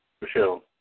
Michelle